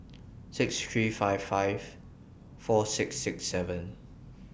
six three five five four six six seven